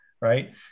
right